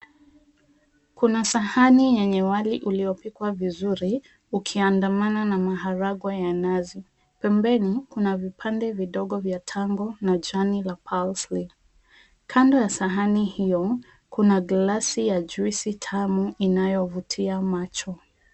Kuna sahani yenye wali uliopikwa vizuri, ukiandamana na maharagwe ya nazi. Pembeni, kuna vipande vidogo vya tango na jani la palsli . Kando ya sahani hiyo kuna glasi ya juisi tamu inayovutia macho.